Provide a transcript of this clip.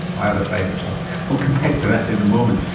my other favourite topic. we'll come back to that in a moment.